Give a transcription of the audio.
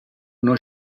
noi